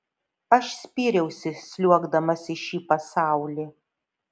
aš spyriausi sliuogdamas į šį pasaulį